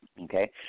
Okay